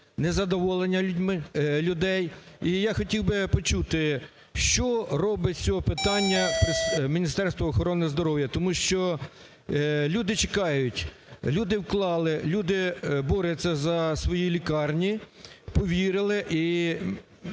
незадоволення людей. І я хотів би почути, що робить з цього питання Міністерство охорони здоров'я, тому що люди чекають, люди вклали, люди борються за свою лікарні, повірили.